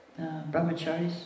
brahmacharis